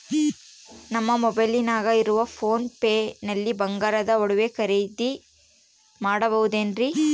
ನಮ್ಮ ಮೊಬೈಲಿನಾಗ ಇರುವ ಪೋನ್ ಪೇ ನಲ್ಲಿ ಬಂಗಾರದ ಒಡವೆ ಖರೇದಿ ಮಾಡಬಹುದೇನ್ರಿ?